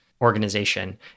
organization